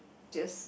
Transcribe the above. just